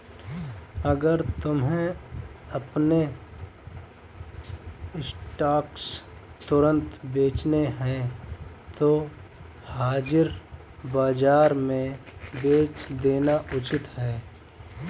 अगर तुम्हें अपने स्टॉक्स तुरंत बेचने हैं तो हाजिर बाजार में बेच देना उचित है